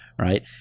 Right